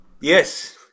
Yes